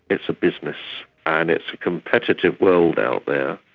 it's a business, and it's a competitive world out there.